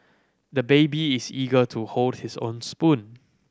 the baby is eager to hold his own spoon